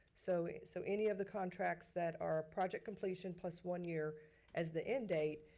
so so any of the contracts that are project completion plus one year as the end date,